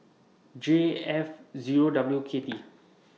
J F Zero W K T